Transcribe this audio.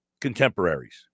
contemporaries